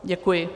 Děkuji.